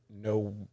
no